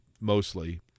mostly